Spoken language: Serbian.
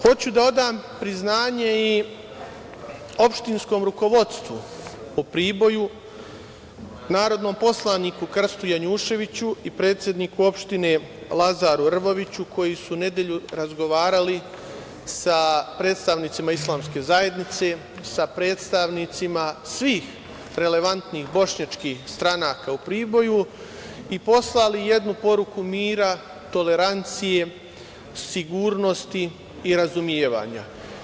Hoću da odam priznanje i opštinskom rukovodstvu u Priboju, narodnom poslaniku Krstu Janjuševiću i predsedniku opštine Lazaru Rvoviću, koji su u nedelju razgovarali sa predstavnicima islamske zajednice, sa predstavnicima svih relevantnih bošnjačkih stranaka u Priboju i poslali jednu poruku mira, tolerancije, sigurnosti i razumevanja.